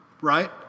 right